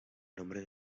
nombre